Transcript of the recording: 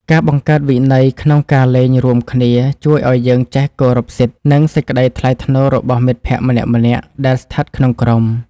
ការបង្កើតវិន័យក្នុងការលេងរួមគ្នាជួយឱ្យយើងចេះគោរពសិទ្ធិ និងសេចក្តីថ្លៃថ្នូររបស់មិត្តភក្តិម្នាក់ៗដែលស្ថិតក្នុងក្រុម។